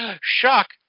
Shock